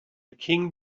king